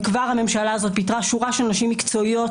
וכבר הממשלה הזאת פיטרה שורה של נשים מקצועיות,